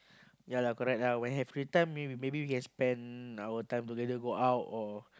ya lah correct lah when have free time may maybe we can spend our time together go out or